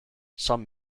some